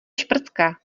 šprcka